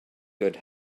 good